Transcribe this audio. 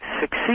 succeed